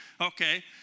okay